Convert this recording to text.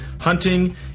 hunting